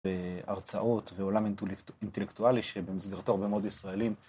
בהרצאות ועולם אינטלקטואלי שבמסגרתו הרבה מאוד ישראלים.